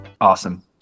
Awesome